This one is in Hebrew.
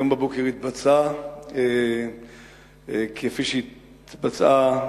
היום בבוקר התבצעה, כפי שהתבצעו